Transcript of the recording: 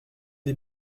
des